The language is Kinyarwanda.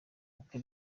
bukwe